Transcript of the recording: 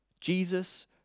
Jesus